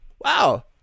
Wow